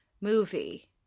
movie